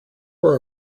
were